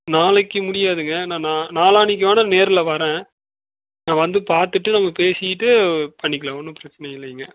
நாளைக்கு முடியாதுங்க நான் நாளான்னைக்கு வேணால் நேரில் வர்றேன் நான் வந்து பார்த்துட்டு நம்ம பேசிவிட்டு பண்ணிக்கலாம் ஒன்றும் பிரச்சின இல்லைங்க